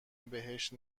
بهش